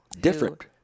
different